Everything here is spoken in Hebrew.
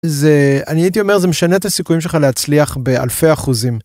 זה אני הייתי אומר זה משנה את הסיכויים שלך להצליח באלפי אחוזים.